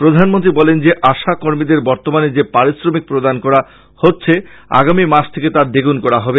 প্রধানমন্ত্রী বলেন যে আশা কর্মীদের বর্তমানে যে পারিশ্রমিক প্রদান করা হচ্ছে আগামী মাস থেকে তা দ্বিগুণ করা হবে